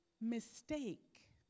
mistake